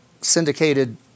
syndicated